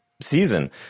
season